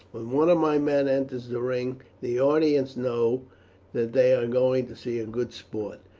when one of my men enters the ring the audience know that they are going to see good sport.